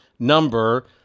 number